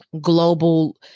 global